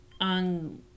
on